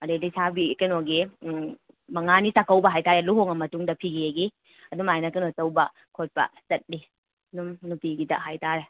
ꯑꯗꯩ ꯂꯩꯁꯥꯕꯤ ꯀꯩꯅꯣꯒꯤ ꯃꯉꯥꯅꯤ ꯆꯥꯛꯀꯧꯕ ꯍꯥꯏꯇꯥꯔꯦ ꯂꯨꯍꯣꯡꯉ ꯃꯇꯨꯡꯗ ꯐꯤꯒꯦꯒꯤ ꯑꯗꯨꯝ ꯍꯥꯏꯅ ꯀꯩꯅꯣ ꯇꯧꯕ ꯈꯣꯠꯄ ꯆꯠꯂꯤ ꯑꯗꯨꯝ ꯅꯨꯄꯤꯒꯤꯗ ꯍꯥꯏꯇꯥꯔꯦ